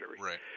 Right